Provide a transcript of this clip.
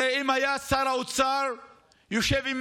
הרי אם שר האוצר היה יושב עם